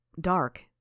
dark